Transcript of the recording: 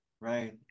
Right